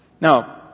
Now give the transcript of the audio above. Now